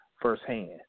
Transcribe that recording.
firsthand